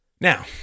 Now